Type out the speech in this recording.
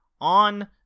on